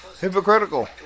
Hypocritical